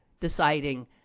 deciding